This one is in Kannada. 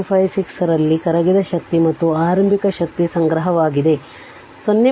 256 ರಲ್ಲಿ ಕರಗಿದ ಶಕ್ತಿ ಮತ್ತು ಆರಂಭಿಕ ಶಕ್ತಿ ಸಂಗ್ರಹವಾಗಿದೆ 0